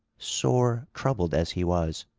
sore troubled as he was